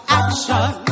action